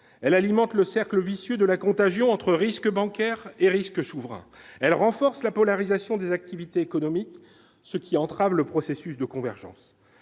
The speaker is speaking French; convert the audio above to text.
elles alimentent le cercle vicieux de la contagion entre risque bancaire et risque souverain, elle renforce la polarisation des activités économiques, ce qui entrave le processus de convergence,